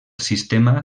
sistema